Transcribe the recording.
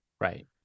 Right